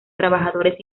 trabajadores